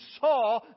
saw